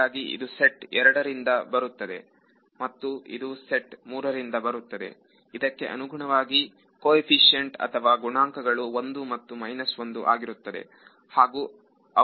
ಹೀಗಾಗಿ ಇದು ಸೆಟ್ ಎರಡರಿಂದ ಬರುತ್ತದೆ ಮತ್ತು ಇದು ಸೆಟ್ ಮೂರರಿಂದ ಬರುತ್ತದೆ ಇದಕ್ಕೆ ಅನುಗುಣವಾಗಿ ಕೊಎಫೀಸೈಂಟ್ ಅಥವಾ ಗುಣಾಂಕಗಳು 1 ಮತ್ತು 1 ಆಗಿರುತ್ತದೆ ಹಾಗೂ ಅವು ಇದನ್ನು ಕೊಡುತ್ತದೆ